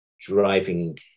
driving